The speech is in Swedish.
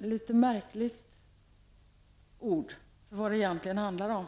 något märkligt ord för vad det egentligen handlar om.